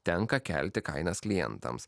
tenka kelti kainas klientams